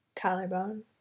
Collarbone